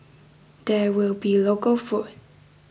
there will be local food